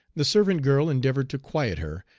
the servant girl endeavored to quiet her,